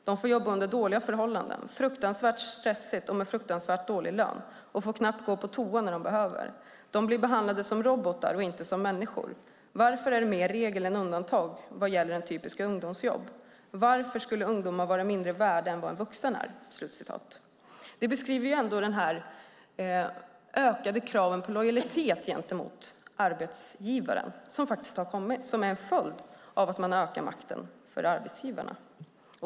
De får jobba under dåliga förhållanden. Fruktansvärt stressigt och med fruktansvärt dålig lön, och får knappt gå på toa när de behöver. De blir behandlade som robotar och inte som människor. Varför är det mer regel än undantag vad det gäller typiska ungdomsjobb? Varför skulle ungdomar vara mindre värda än vad en vuxen är?" Det beskriver ändå de ökade kraven på lojalitet gentemot arbetsgivaren som har kommit som en följd av att man ökar makten för arbetsgivarna.